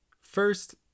First